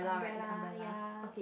umbrella ya